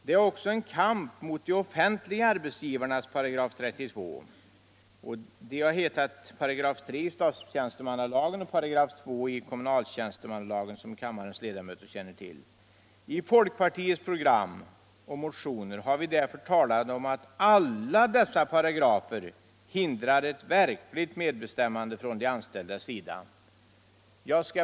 Det är också en kamp mot de offentliga arbetsgivarnas § 32, vilken som kammarens ledamöter nner till har hetat 3 § i statstjänstemannalagen och 2 §i kommunaltjänstemannalagen. I folkpartiets program och motioner har vi dä ör talat om att alla dessa paragrafer hindrar et verkligt medbestämmande från de anställdas sida.